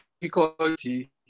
difficulty